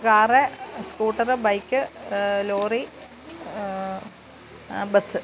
car scooter bike lorry bus